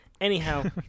anyhow